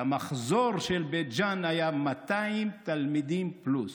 והמחזור של בית ג'ן היה 200 תלמידים פלוס,